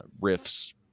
riffs